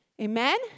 Amen